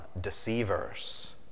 deceivers